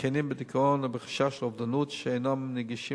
זקנים בדיכאון או בחשש לאובדנות שאינם נגישים